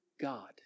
God